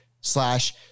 slash